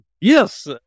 Yes